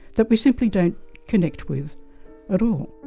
that we simply don't connect with at all.